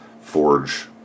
forge